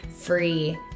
free